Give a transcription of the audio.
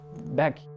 back